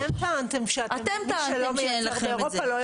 אתם טענתם שמי שלא מייצר באירופה לא יכול.